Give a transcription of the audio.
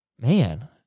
Man